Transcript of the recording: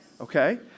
Okay